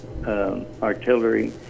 artillery